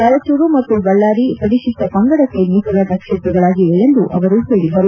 ರಾಯಚೂರು ಮತ್ತು ಬಳ್ಳಾರಿ ಪರಿಶಿಷ್ಷ ಪಂಗಡಕ್ಕೆ ಮೀಸಲಾದ ಕ್ಷೇತ್ರಗಳಾಗಿವೆ ಎಂದು ಅವರು ಹೇಳದರು